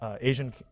Asian